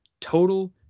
total